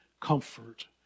comfort